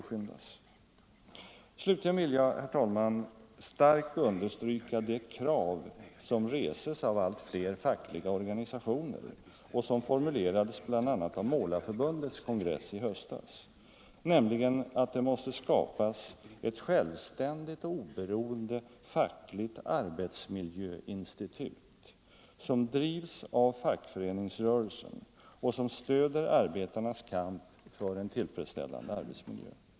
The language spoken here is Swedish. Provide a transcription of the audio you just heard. Slutligen vill jag, herr talman, kraftigt understryka det krav som reses av allt fler fackliga organisationer och som formulerades bl.a. av Målareförbundets kongress i höstas, nämligen att det måste skapas ett självständigt och oberoende fackligt arbetsmiljöinstitut som drivs av fackföreningsrörelsen och som stöder arbetarnas kamp för en tillfredsställande arbetsmiljö.